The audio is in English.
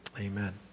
Amen